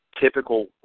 typical